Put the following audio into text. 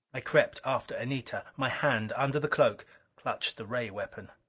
i crept after anita my hand under the cloak clutched the ray weapon.